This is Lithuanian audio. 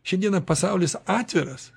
šiandieną pasaulis atviras